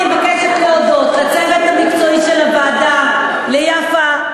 אני מבקשת להודות לצוות המקצועי של הוועדה ליפה,